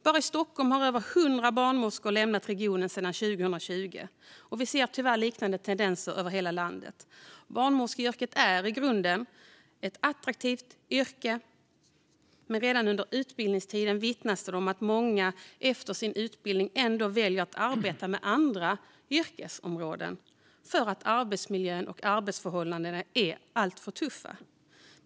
Bara i Stockholm har över 100 barnmorskor lämnat regionen sedan 2020, och vi ser tyvärr liknande tendenser över hela landet. Barnmorskeyrket är i grunden ett attraktivt yrke, men redan under utbildningstiden vittnas det om att många efter utbildningen väljer att arbeta inom andra yrkesområden därför att arbetsmiljön och arbetsförhållandena är alltför tuffa.